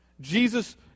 Jesus